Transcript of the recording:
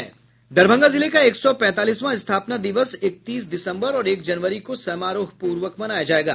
दरभंगा जिले का एक सौ पैंतालीसवां स्थापना दिवस एकतीस दिसंबर और एक जनवरी को समारोह पूर्वक मनाया जाएगा